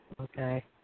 Okay